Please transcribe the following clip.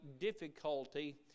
difficulty